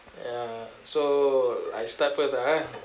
ya so I start first lah ah